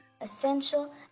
essential